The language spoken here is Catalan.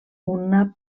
una